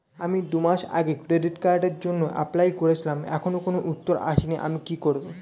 আমি দুমাস আগে ক্রেডিট কার্ডের জন্যে এপ্লাই করেছিলাম এখনো কোনো উত্তর আসেনি আমি কি করব?